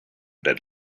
that